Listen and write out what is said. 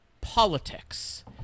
politics